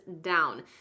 down